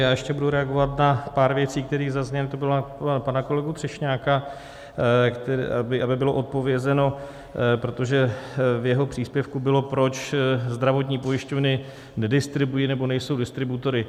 Já ještě budu reagovat na pár věcí, které zazněly, to bylo na pana kolegu Třešňáka, aby bylo odpovězeno, protože v jeho příspěvku bylo, proč zdravotní pojišťovny nedistribuují nebo nejsou distributory.